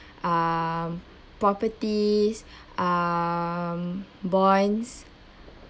um properties um bonds